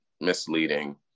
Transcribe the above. misleading